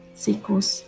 sikus